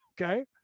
Okay